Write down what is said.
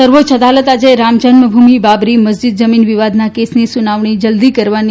સર્વોચ્ય અદાલત આજે રામજન્મભૂમિ બાબરી મસ્જીદ જમીન વિવાદના કેસની સુનાવણી જલ્દી કરવાની